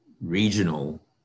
regional